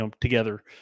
together